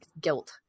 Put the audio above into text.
guilt